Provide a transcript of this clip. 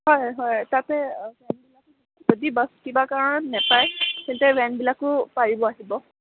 হয় হয় তাতে যদি বাছ কিবা কাৰণত নাপায় তেন্তে ভেনবিলাকো পাৰিব আহিব